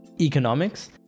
economics